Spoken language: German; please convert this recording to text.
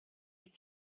ich